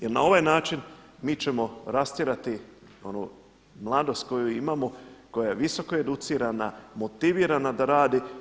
Jer na ovaj način mi ćemo rastjerati onu mladost koju imamo, koja je visoko educirana, motivirana da radi.